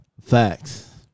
Facts